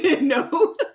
No